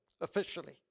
officially